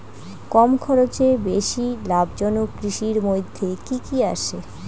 কম খরচে বেশি লাভজনক কৃষির মইধ্যে কি কি আসে?